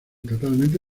totalmente